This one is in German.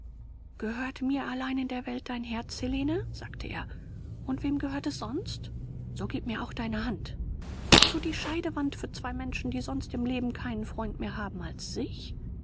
gehört mir allein in der welt dein herz helene sagte er und wem gehört es sonst so gieb mir auch deine hand wozu die scheidewand für zwei menschen die sonst im leben keinen freund mehr haben als sich